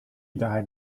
died